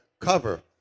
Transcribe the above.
cover